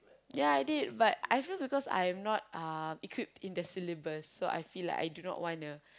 yeah I did but I feel because I'm not uh equipped in the syllabus so I feel like I do not wanna